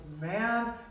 man